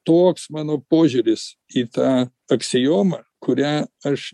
toks mano požiūris į tą aksiomą kurią aš